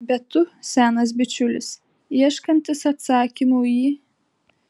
bet tu senas bičiulis ieškantis atsakymų į